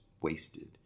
wasted